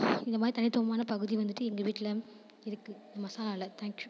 இந்த மாதிரி தனித்துவமான பகுதி வந்துட்டு எங்கள் வீட்டில் இருக்குது மசாலாவில் தேங்க்கியூ